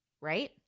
right